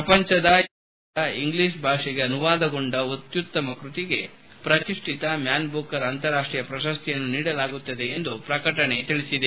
ಪ್ರಪಂಚದ ಯಾವುದೇ ಭಾಷೆಯಿಂದ ಇಂಗ್ಲಿಷ್ ಭಾಷೆಗೆ ಅನುವಾದಗೊಂಡ ಅತ್ಯುತ್ತಮ ಕೃತಿಗೆ ಪ್ರತಿಶ್ಠಿತ ಮ್ಯಾನ್ ಬೂಕರ್ ಅಂತಾರಾಷ್ಟೀಯ ಪ್ರಶಸ್ತಿಯನ್ನು ನೀಡಲಾಗುತ್ತದೆ ಎಂದು ಪ್ರಕಟಣೆ ತಿಳಿಸಿದೆ